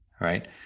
right